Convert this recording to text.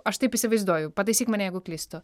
aš taip įsivaizduoju pataisyk mane jeigu klystu